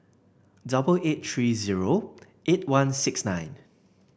double eight three zero eight one six nine